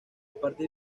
partir